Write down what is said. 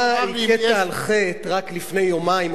אתה הכית על חטא רק לפני יומיים,